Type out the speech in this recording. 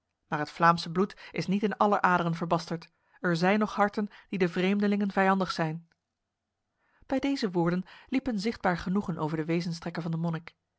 vergeten maar het vlaamse bloed is niet in aller aderen verbasterd er zijn nog harten die de vreemdelingen vijandig zijn bij deze woorden liep een zichtbaar genoegen over de wezenstrekken van de